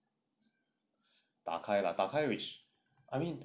打开 lah 打开 which I mean